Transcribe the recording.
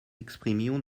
exprimions